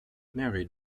mary